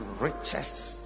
richest